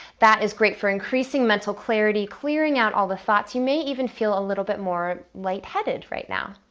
that is great for increasing mental clarity, clearing out all the thoughts. you may even feel a little bit more lightheaded right now.